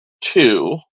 Two